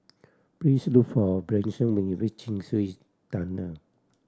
please look for Branson when you reach Chin Swee Dunnel